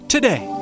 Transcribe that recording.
Today